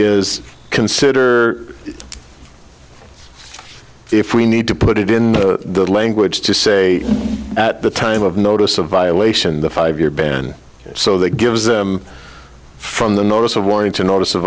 is consider if we need to put it in the language just say at the time of notice of violation the five year ban so that gives them from the notice of warning to notice a